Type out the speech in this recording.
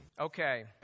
Okay